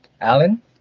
Alan